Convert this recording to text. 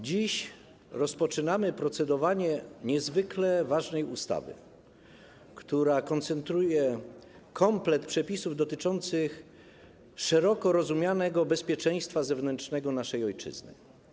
Dziś rozpoczynamy procedowanie nad niezwykle ważną ustawą, która koncentruje komplet przepisów dotyczących szeroko rozumianego bezpieczeństwa zewnętrznego naszej ojczyzny.